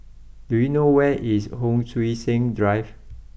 do you know where is Hon Sui Sen Drive